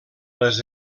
les